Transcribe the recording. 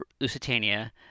Lusitania